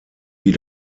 wie